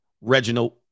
Reginald